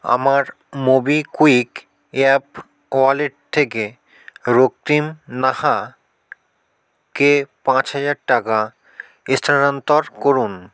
আমার MobiKwik app wallet থেকে রক্তিম নাহাকে পাঁচ হাজার টাকা স্থানান্তর করুন